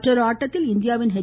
மற்றொரு ஆட்டத்தில் இந்தியாவின் ர்